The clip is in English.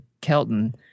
Kelton